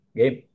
game